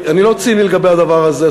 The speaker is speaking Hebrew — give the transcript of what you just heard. אני לא ציני לגבי הדבר הזה.